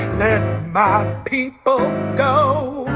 let my people go